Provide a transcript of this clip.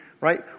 right